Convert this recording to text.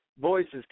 voices